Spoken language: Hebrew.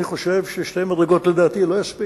אני חושב ששתי מדרגות לא יספיק.